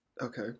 Okay